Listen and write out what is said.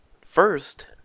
first